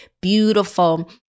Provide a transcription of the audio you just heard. beautiful